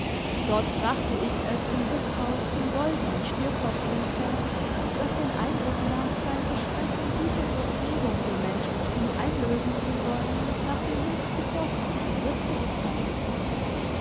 dort brachte ich es im wirtshaus zum goldenen stierkopf unter das den eindruck macht sein versprechen guter verpflegung für mensch und vieh einlösen zu wollen nach dem höchst zuvorkommenden wirt zu urteilen